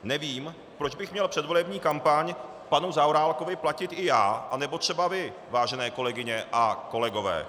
Nevím, proč bych měl předvolební kampaň panu Zaorálkovi platit i já nebo třeba i vy, vážené kolegyně a kolegové.